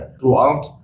throughout